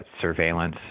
surveillance